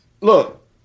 Look